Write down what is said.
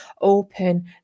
open